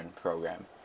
program